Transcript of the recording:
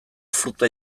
fruta